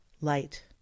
light